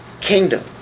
kingdom